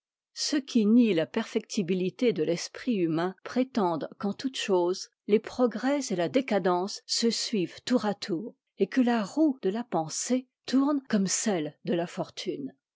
ceux qui nient la perfectibilité de t'esprit humain prétendent qu'en toutes choses les progrès et la décadence se suivent tour à tour et que la roue de la pensée tourne comme celle de la fortune